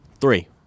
Three